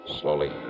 Slowly